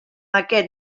aquest